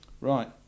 Right